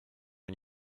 une